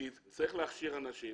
כי צריך להכשיר אנשים.